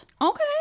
Okay